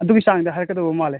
ꯑꯗꯨꯒꯤ ꯆꯥꯡꯗ ꯍꯥꯏꯔꯛꯀꯗꯧꯕ ꯃꯥꯜꯂꯦ